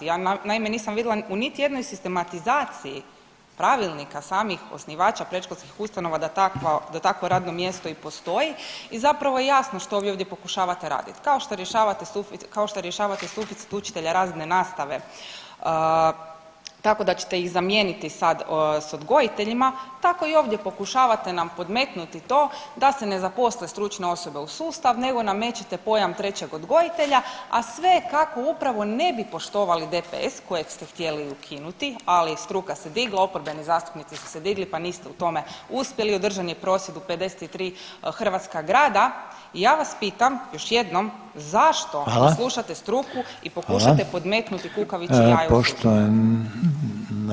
Ja naime nisam vidla u niti jednoj sistematizaciji pravilnika samih osnivača predškolskih ustanova da takvo radno mjesto i postoji i zapravo je jasno što vi ovdje pokušavate radit, kao što rješavate suficit učitelja razredne nastave tako da ćete ih zamijeniti sad s odgojiteljima tako i ovdje pokušavate nam podmetnuti to da se ne zaposle stručne osobe u sustav nego namećete pojam trećeg odgojitelja, a sve kako upravo ne bi poštovali DPS kojeg ste htjeli ukinuti, ali struka se digla, oporbeni zastupnici su se digli, pa niste u tome uspjeli, održan je prosvjed u 53 hrvatska grada i ja vas pitam još jednom zašto ne slušate struku i pokušajte podmetnuti kukavičje jaje u